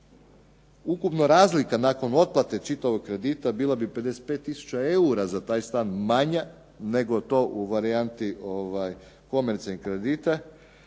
Ukupna razlika nakon otplate čitavog kredita bila bi 55 tisuća eura za taj stan manja nego je to u varijanti komercijalnih kredita.